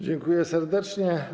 Dziękuję serdecznie.